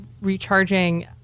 recharging